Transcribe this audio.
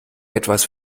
etwas